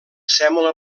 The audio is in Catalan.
sèmola